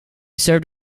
served